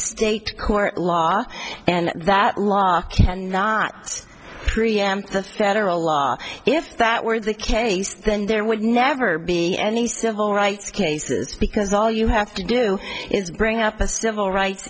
state court law and that law can not preempt the federal law if that were the case then there would never be any civil rights cases because all you have to do is bring up a civil rights